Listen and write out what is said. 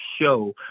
show